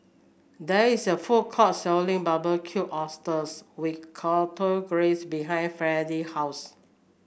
there is a food court selling Barbecued Oysters with Chipotle Glaze behind Freddie house